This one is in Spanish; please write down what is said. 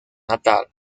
natal